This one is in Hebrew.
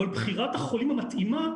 אבל בחירת החולים המתאימה,